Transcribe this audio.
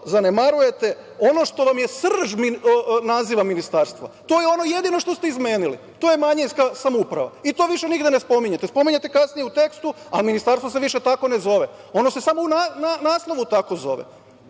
zanemarujete ono što vam je srž naziva ministarstva. To je ono jedino što ste izmenili, to je manjinska samouprava i to više nigde ne spominjete. Spominjete kasnije u tekstu, a ministarstvo se više tako ne zove. Ono se samo u naslovu tako zove,